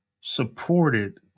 supported